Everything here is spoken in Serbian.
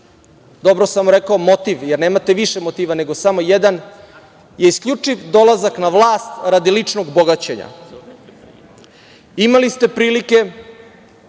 dobro sam rekao, motiv, jer nemate više motiva nego samo jedan, je isključiv dolazak na vlast radi ličnog bogaćenja. Imali ste prilike